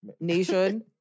Nation